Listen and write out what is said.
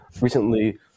recently